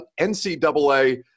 NCAA